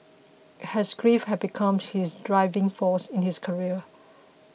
his grief had become his driving force in his career